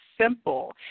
simple